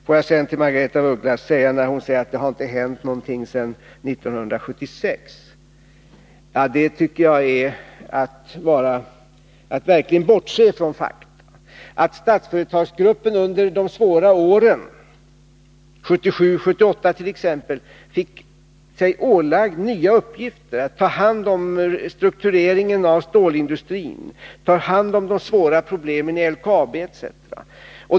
Margaretha af Ugglas säger att det inte har hänt någonting sedan 1976. Det tycker jag är att verkligen bortse från fakta. Att Statsföretagsgruppen under de svåra åren, t.ex. 1977-1978, fick sig nya uppgifter ålagda — att ta hand om struktureringen av stålindustrin och ta hand om de svåra problemen i LKAB etc.